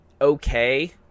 okay